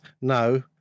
No